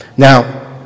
Now